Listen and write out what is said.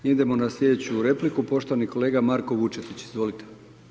Idemo na sljedeću repliku, poštovani kolega Marko Vučetić, izvolite.